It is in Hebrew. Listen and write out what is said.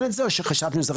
זה לא